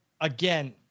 again